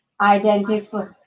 identify